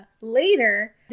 later